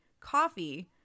coffee